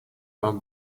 war